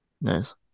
Nice